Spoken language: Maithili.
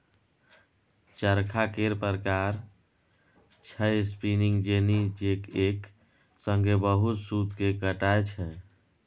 चरखा केर प्रकार छै स्पीनिंग जेनी जे एक संगे बहुत सुत केँ काटय छै